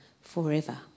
forever